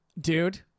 dude